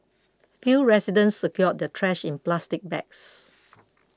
few residents secured their trash in plastic bags